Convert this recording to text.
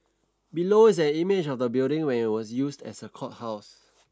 below is an image of the building when it was used as a courthouse